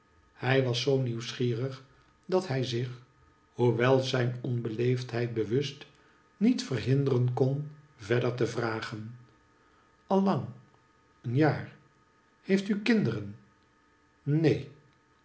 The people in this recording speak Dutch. hij was zoo nieuwsgierig dat hij zich hoewel zijn onbeleefdheid bewust niet verhinderen kon verder te vragen allang eenjaar heeft u kinderen neen